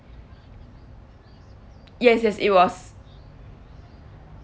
yes yes it was